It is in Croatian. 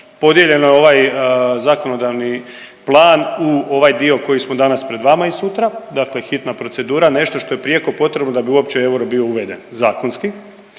podijeljeno je ovaj zakonodavni plan u ovaj dio koji smo danas pred vama i sutra, dakle hitna procedura, nešto što je prijeko potrebno da bi uopće euro bio uveden zakonski.